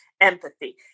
empathy